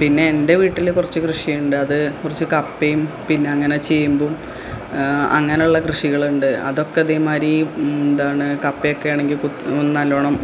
പിന്നെ എൻ്റെ വീട്ടിൽ കുറച്ച് കൃഷിയുണ്ട് അത് കുറച്ച് കപ്പയും പിന്നെ അങ്ങനെ ചേമ്പും അങ്ങനെ ഉള്ള കൃഷികളുണ്ട് അതൊക്കെ അതേ മാതിരി എന്താണ് കപ്പ ഒക്കെ ആണെങ്കിൽ ഒന്ന് നല്ലോണം